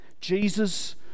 Jesus